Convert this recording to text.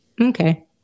Okay